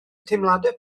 teimladau